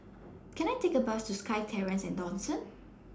Can I Take A Bus to SkyTerrace At Dawson